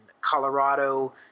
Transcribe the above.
Colorado